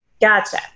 Gotcha